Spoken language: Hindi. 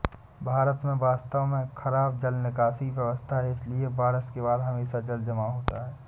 भारत में वास्तव में खराब जल निकासी व्यवस्था है, इसलिए बारिश के बाद हमेशा जलजमाव होता है